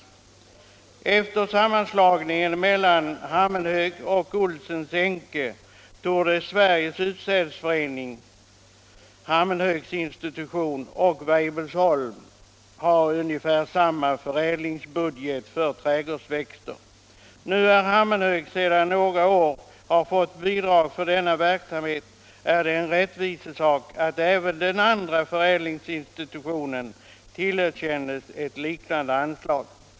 Efter sammanslagningen mellan Hammenhög och Ohlsens Enke torde Sveriges Utsädesförening, Hammenhögs institution och Weibullsholm ha ungefär samma förädlingsbudget för trädgårdsväxter. När nu Hammenhög sedan några år har bidrag för denna verksamhet är det en rättvisesak att även den andra förädlingsinstitutionen tillerkänns ett liknande anslag.